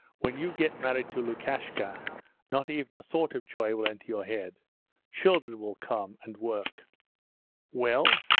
when you get married to lukashka not even a thought of joy will enter your head children will come, and work well?